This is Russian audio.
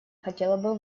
хотела